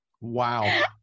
Wow